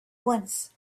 once